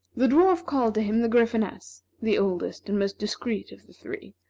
the dwarf called to him the gryphoness, the oldest and most discreet of the three,